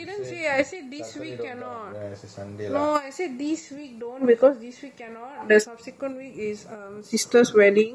oh I said this week don't because this week saturday cannot the subsequent week is easter friday so cannot I did mention both days out